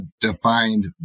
defined